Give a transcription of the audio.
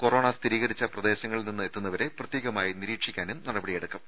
corona സ്ഥിരീകരിച്ച പ്രദേശങ്ങളിൽ നിന്നെത്തുന്നവരെ പ്രത്യേകമായി നിരീക്ഷിക്കാനും നടപടി എടുക്കും